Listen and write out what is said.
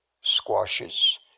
squashes